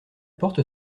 porte